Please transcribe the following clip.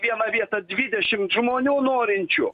vieną vietą dvidešimt žmonių norinčių